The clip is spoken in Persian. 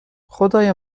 خدای